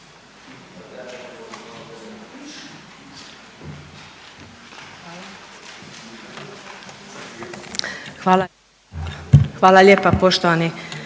tajnicu. Hvala lijepa poštovana